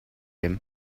him